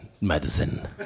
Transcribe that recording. medicine